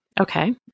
okay